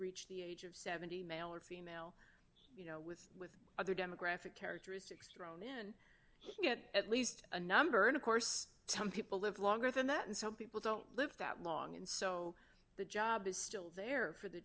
reached the age of seventy male or female you know with with other demographic characteristics thrown in to get at least a number and of course some people live longer than that and some people don't live that long and so the job is still there for the